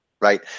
Right